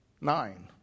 Nine